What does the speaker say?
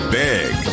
big